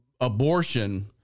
abortion